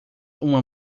uma